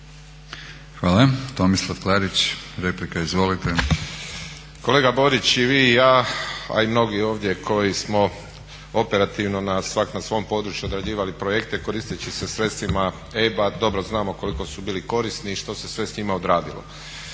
Hvala. Tomislav Klarić replika, izvolite. **Klarić, Tomislav (HDZ)** Kolega Borić, i vi i ja a i mnogi ovdje koji smo operativno svak na svom području odrađivali projekte koristeći se sredstvima EIB-a dobro znamo koliko su bili korisni i što se sve s njima odradilo